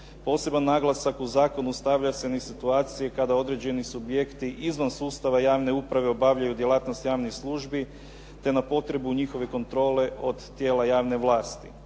Poseban naglasak u zakonu stavlja se na situacije kada određeni subjekti izvan sustava javne uprave obavljaju djelatnosti javnih službi, te na potrebu njihove kontrole od tijela javne vlasti.